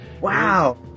Wow